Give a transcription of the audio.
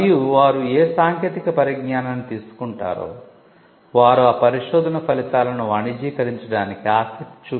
మరియు వారు ఏ సాంకేతిక పరిజ్ఞానాన్ని తీసుకుంటారో వారు ఆ పరిశోధన ఫలితాలను వాణిజ్యీకరించడానికి ఆసక్తి చూపే విధంగా చూడాలి